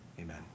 Amen